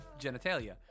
genitalia